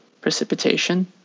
precipitation